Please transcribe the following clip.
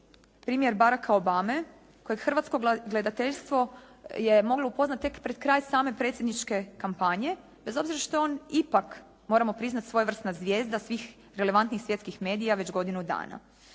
primjer Baracka Obame kojeg hrvatsko gledateljstvo je moglo upoznati tek pred kraj same predsjedničke kampanje, bez obzira što je on ipak, moramo priznati svojevrsna zvijezda svih relevantnih svjetskih medija već godinu dana.